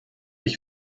ich